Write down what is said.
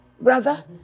brother